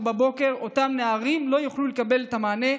בבוקר אותם נערים לא יוכלו לקבל את המענה.